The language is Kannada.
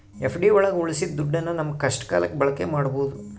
ಎಫ್.ಡಿ ಒಳಗ ಉಳ್ಸಿದ ದುಡ್ಡನ್ನ ನಮ್ ಕಷ್ಟ ಕಾಲಕ್ಕೆ ಬಳಕೆ ಮಾಡ್ಬೋದು